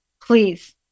please